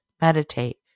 Meditate